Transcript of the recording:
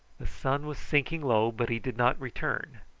the sun was sinking low, but he did not return.